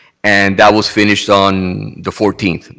and that was finished on the fourteenth,